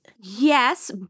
Yes